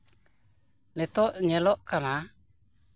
ᱱᱤᱛᱳᱜ ᱧᱮᱞᱚᱜ ᱠᱟᱱᱟ